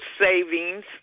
savings